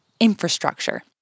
Infrastructure